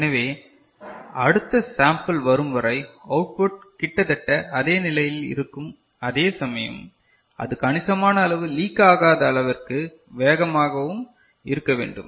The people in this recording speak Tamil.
எனவே அடுத்த சாம்பிள் வரும்வரை அவுட்புட் கிட்டத்தட்ட அதே நிலையில் இருக்கும் அதே சமயம் அது கணிசமான அளவு லீக் ஆகாத அளவிற்கு வேகமாகவும் இருக்க வேண்டும்